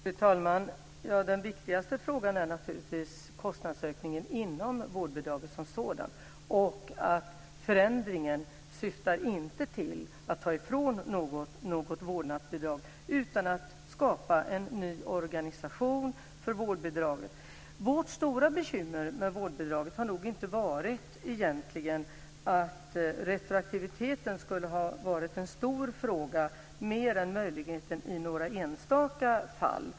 Fru talman! Den viktigaste frågan är naturligtvis kostnadsökningen inom vårdbidraget som sådant och att förändringen inte syftar till att ta ifrån någon något vårdbidrag utan att skapa en ny organisation för vårdbidraget. Vårt stora bekymmer med vårdbidraget har nog inte varit att retroaktiviteten har varit en stor fråga mer än möjligen i några enstaka fall.